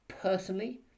Personally